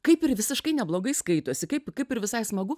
kaip ir visiškai neblogai skaitosi kaip kaip ir visai smagu